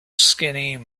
skinny